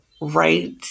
right